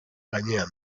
gainean